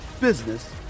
business